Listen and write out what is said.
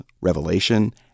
Revelation